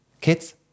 Kids